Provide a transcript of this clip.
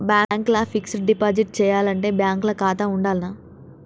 Bank ల fixed deposit చేయాలంటే bank ల ఖాతా ఉండాల్నా?